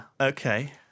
Okay